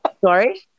sorry